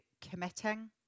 committing